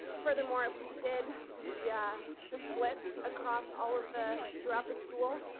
furthermore, if we did the yeah the splits across all of the throughout the school,